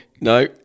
No